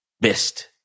best